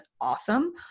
awesome